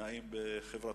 נעים בחברתך.